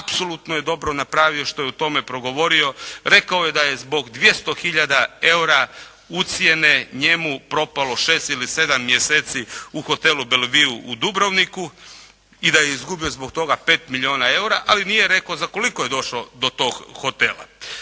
apsolutno je dobro napravio što je o tome progovorio. Rekao je da je zbog 200 hiljada eura ucjene njemu propalo 6 ili 7 mjeseci u hotelu "Bellevue" u Dubrovniku i da je izgubio zbog toga 5 milijuna eura, ali nije rekao za koliko je došao do tog hotela.